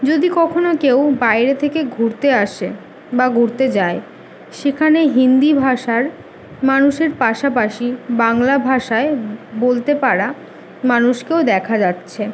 যদি কখনও কেউ বাইরে থেকে ঘুরতে আসে বা ঘুরতে যায় সেখানে হিন্দি ভাষার মানুষের পাশাপাশি বাংলা ভাষায় বলতে পারা মানুষকেও দেখা যাচ্ছে